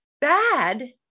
bad